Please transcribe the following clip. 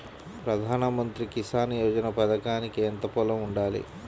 ప్రధాన మంత్రి కిసాన్ యోజన పథకానికి ఎంత పొలం ఉండాలి?